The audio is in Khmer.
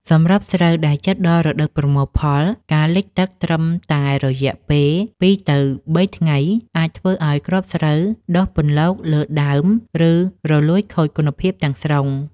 សម្រាប់ស្រូវដែលជិតដល់រដូវប្រមូលផល ការលិចទឹកត្រឹមតែរយៈពេល ២ ទៅ ៣ ថ្ងៃ អាចធ្វើឱ្យគ្រាប់ស្រូវដុះពន្លកលើដើម ឬរលួយខូចគុណភាពទាំងស្រុង។